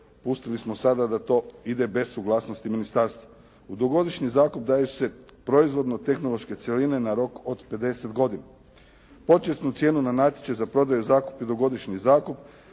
pustili smo sada da to ide bez suglasnosti ministarstva. U dugogodišnji zakup daju se proizvodno-tehnološke cjeline na rok od 50 godina. Početnu cijenu na natječaj za prodaju, zakup i dugogodišnji zakup